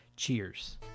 Cheers